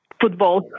football